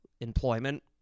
employment